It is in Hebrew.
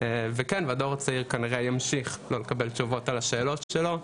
כהורים חשוב לנו שיקבלו מידע